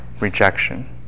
rejection